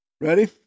Ready